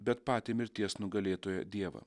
bet patį mirties nugalėtojo dievą